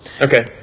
Okay